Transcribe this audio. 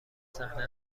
صحنه